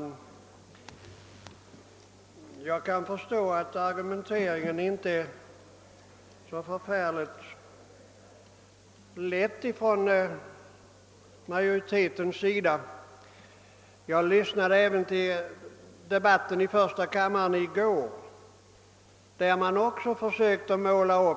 Herr talman! Jag förstår att det inte är så lätt för utskottsmajoriteten att argumentera i denna fråga. I går lyssnade jag till debatten i första kammaren, och då försökte man också framställa